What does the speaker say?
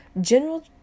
General